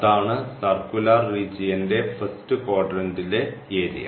അതാണ് സർക്കുലർ റീജിയൻറെ ഫസ്റ്റ് ക്വാഡ്രൻറ്ലെ ഏരിയ